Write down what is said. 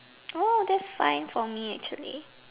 oh that's fine for me actually